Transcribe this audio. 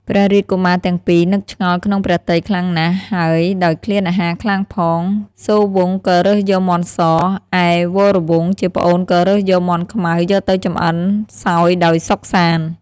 ព្រះរាជ កុមារទាំងពីរ នឹកឆ្ងល់ក្នុងព្រះទ័យខ្លាំងណាស់ហើយដោយឃ្លានអាហារខ្លាំងពេលផង សូរវង្សក៏រើសយកមាន់ស ឯវរវង្សជាប្អូនក៏រើសយកមាន់ខ្មៅយកទៅចម្អិនសោយដោយសុខសាន្ត ។